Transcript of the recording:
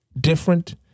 different